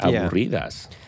aburridas